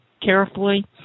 carefully